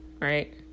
Right